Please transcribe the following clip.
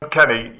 Kenny